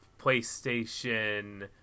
PlayStation